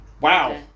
Wow